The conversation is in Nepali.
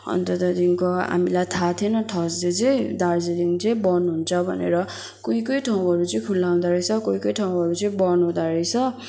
अन्त त्यहाँदेखि हामीलाई थाहा थिएन थर्सडे चाहिँ दार्जिलिङ चाहिँ बन्द हुन्छ भनेर कोही कोही ठाउँहरू चाहिँ खुल्ला हुँदोरहेछ कोही कोही ठाउँहरू चाहिँ बन्द हुँदोरहेछ